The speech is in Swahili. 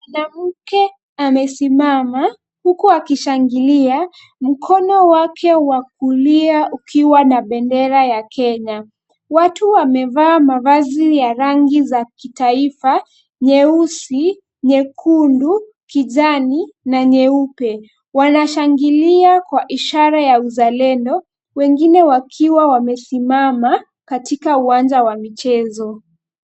Mwanamke amesimama huku akishangilia, mkono wake wa kulia ukiwa na bendera ya Kenya. Watu wamevaa mavazi ya rangi za kitaifa, nyeusi, nyekundu, kijani na nyeupe. Wanashangilia kwa ishara ya uzalendo, wengine wakiwa wamesimama katika uwanja wa michezo.